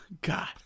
God